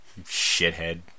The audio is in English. Shithead